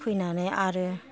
फैनानै आरो